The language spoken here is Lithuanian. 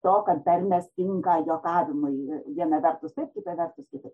to kad tarmės tinka juokavimui viena vertus taip kita vertus kitaip